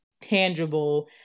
tangible